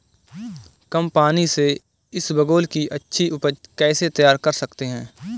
कम पानी से इसबगोल की अच्छी ऊपज कैसे तैयार कर सकते हैं?